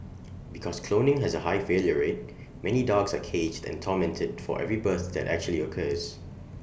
because cloning has A high failure rate many dogs are caged and tormented for every birth that actually occurs